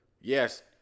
Yes